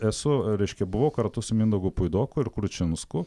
esu reiškia buvau kartu su mindaugu puidoku ir kručinsku